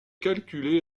calculée